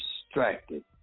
distracted